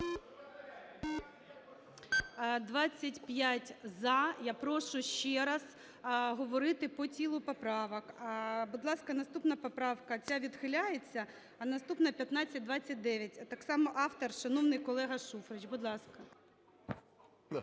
За-25 Я прошу ще раз говорити по тілу поправок. Будь ласка, наступна поправка. Ця відхиляється. А наступна – 1529, так само автор шановний колега Шуфрич. Будь ласка.